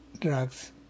drugs